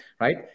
right